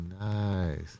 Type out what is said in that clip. nice